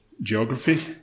geography